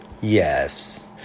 yes